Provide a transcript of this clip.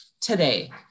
today